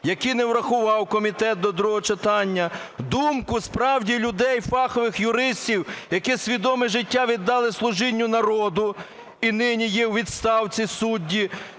які не врахував комітет до другого читання. Думку справді людей, фахових юристів, які свідоме життя віддали служінню народу, і нині є у відставці судді,